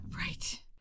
Right